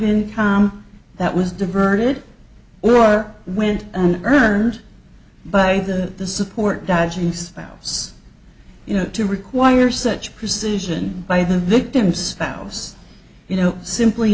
income that was diverted or went on earned by that the support dodging spouse you know to require such precision by the victim's fouls you know simply